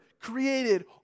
created